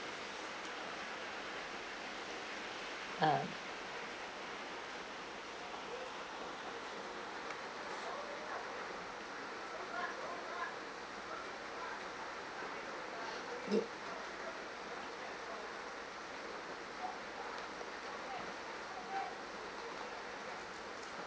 ah